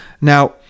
Now